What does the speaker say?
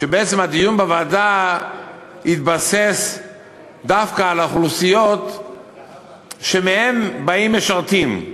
שהדיון בוועדה התבסס דווקא על אוכלוסיות שמהן באים משרתים,